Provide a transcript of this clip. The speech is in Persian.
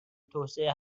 توسعه